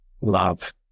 love